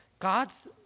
God's